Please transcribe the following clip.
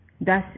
Thus